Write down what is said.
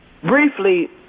briefly